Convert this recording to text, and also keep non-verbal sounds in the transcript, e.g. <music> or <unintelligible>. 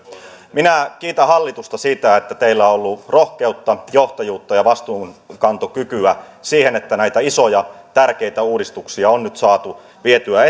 minä kiitän hallitusta siitä että teillä on ollut rohkeutta johtajuutta ja vastuunkantokykyä siinä että näitä isoja tärkeitä uudistuksia on nyt saatu vietyä <unintelligible>